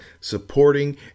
supporting